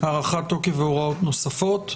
(הארכת תוקף והוראות נוספות),